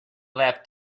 left